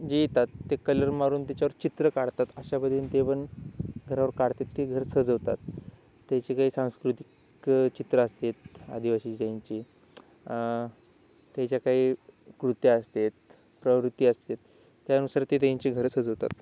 जे येतात ते कलर मारून त्याच्यावर चित्र काढतात अशा पद्धतीने ते पण घरावर काढते ते घर सजवतात त्यांचे काही सांस्कृतिक चित्र असतात आदिवाशीची त्यांची त्यांच्याकाही कृत्या असतात प्रवृत्ती असतात त्यानुसार ते त्यांंचे घर सजवतात